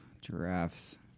Giraffes